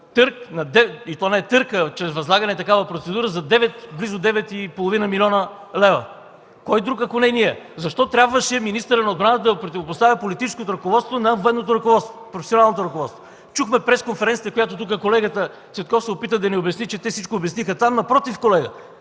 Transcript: търг, и то не е търг, а чрез възлагане на процедура за близо девет и половина милиона лева? Кой друг, ако не ние? Защо трябваше министърът на отбраната да противопоставя политическото ръководство на военното ръководство, професионалното ръководство. Чухме пресконференцията – колегата Цветков се опита да ни обясни, че те всичко били обяснили там. Напротив, колега,